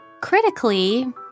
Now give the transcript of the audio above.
critically